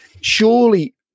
Surely